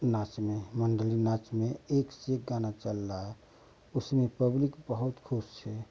नाचने मंडली नाच में एक से एक गाना चल रहा है उसमें पब्लिक बहुत ख़ुश है